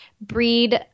breed